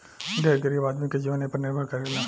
ढेर गरीब आदमी के जीवन एपर निर्भर करेला